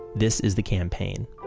this is the campaign